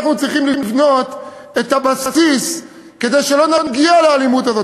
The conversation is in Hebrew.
אנחנו צריכים לבנות את הבסיס כדי שלא נגיע לאלימות הזאת.